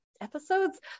episodes